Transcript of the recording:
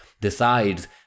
decides